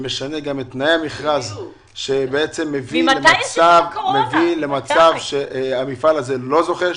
שמשנה את תנאי המכרז ומביא למצב שהמפעל הזה לא זוכה.